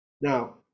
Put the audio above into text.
now